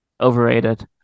Overrated